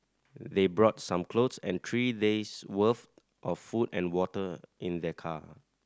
they brought some clothes and three days' worth of food and water in their car